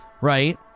Right